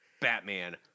Batman